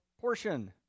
portion